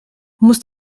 muss